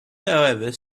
however